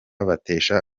batesha